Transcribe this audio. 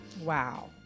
Wow